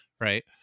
right